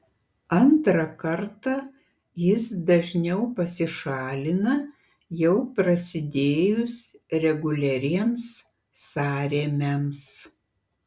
antrą kartą jis dažniau pasišalina jau prasidėjus reguliariems sąrėmiams